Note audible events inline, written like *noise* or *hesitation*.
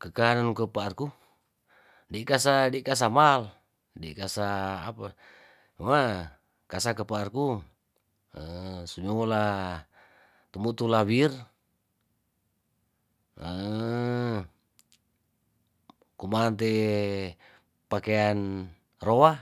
Kekanan kepa aku di kasa di kasa mal di kasa apa ma kasa kepaarku *hesitation* sunyongola temu tulawir *hesitation* kumaan te pakean roa